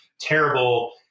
terrible